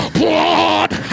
blood